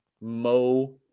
Mo